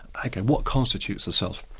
ok, what constitutes the self?